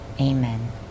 Amen